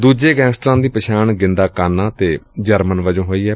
ਦੁਸਰੇ ਗੈਂਗਸਟਰਾਂ ਦੀ ਪਛਾਣ ਗਿੰਦਾ ਕਾਨਾ ਅਤੇ ਜਰਮਨ ਵਜੋਂ ਹੋਈ ਏ